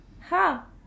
Ha